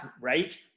right